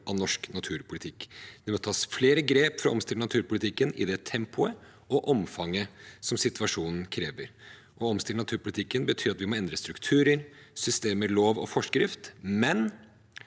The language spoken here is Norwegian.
av norsk naturpolitikk. Det må tas flere grep for å omstille naturpolitikken i det tempoet og omfanget som situasjonen krever. Å omstille naturpolitikken betyr at vi må endre strukturer, systemer, lover og forskrifter, men